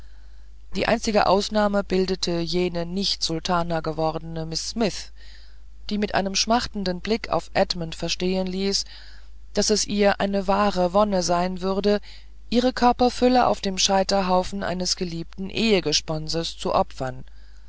die einzige ausnahme bildete jene nicht sultana gewordene miß smith die mit einem schmachtenden blick auf edmund verstehen ließ daß es ihr eine wahre wonne sein würde ihre körperfülle auf dem scheiterhaufen eines geliebten ehegesponses zu opfern